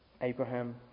Abraham